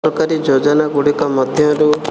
ଯୋଜନାଗୁଡ଼ିକ ମଧ୍ୟରୁ